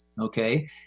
okay